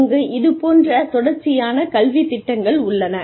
இங்கு இது போன்ற தொடர்ச்சியான கல்வித் திட்டங்கள் உள்ளன